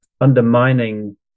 undermining